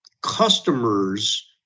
customers